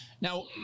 Now